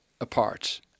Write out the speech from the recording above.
apart